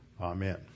Amen